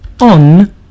on